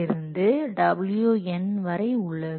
இருந்து wn வரை உள்ளது